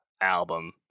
album